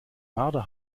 marder